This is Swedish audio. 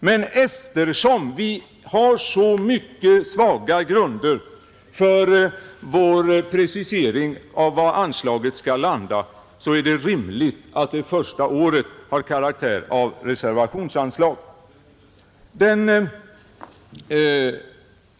Men eftersom vi har så svaga grunder för vår precisering av var anslaget skall stanna är det rimligt att det under det första året har karaktär av reservationsanslag.